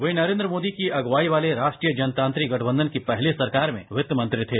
वे नरेन्द्र मोदी की अगुवाई वाले राष्ट्रीय जनतांत्रिक गठबंधन की पहली सरकार में वित्तमंत्री थे